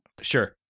sure